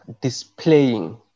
displaying